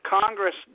Congress